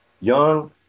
Young